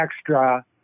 extra